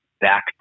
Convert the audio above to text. back